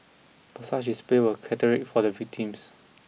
but such displays were cathartic for the victims